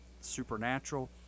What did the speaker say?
supernatural